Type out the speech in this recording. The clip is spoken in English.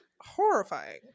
Horrifying